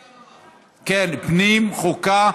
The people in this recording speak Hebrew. כן, פנים, חוקה,